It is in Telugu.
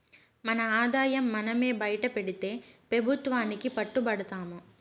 మన ఆదాయం మనమే బైటపెడితే పెబుత్వానికి పట్టు బడతాము